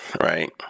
right